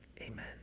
amen